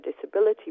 disability